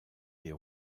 des